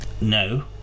No